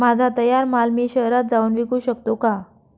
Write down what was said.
माझा तयार माल मी शहरात जाऊन विकू शकतो का?